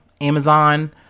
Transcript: amazon